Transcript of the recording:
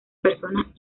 personas